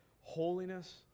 holiness